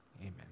Amen